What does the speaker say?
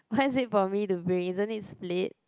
why is it for me to bring isn't it split